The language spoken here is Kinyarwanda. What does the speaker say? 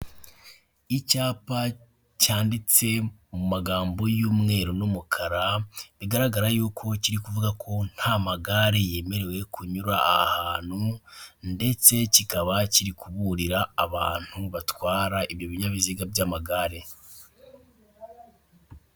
Icyapa cyanditse mu magambo y'umweru n'umukara, bigaragara y'uko kiri kuvuga ko nta magare yemerewe kunyura ahantu, ndetse kikaba kiri kuburira abantu batwara ibyo binyabiziga by'amagare.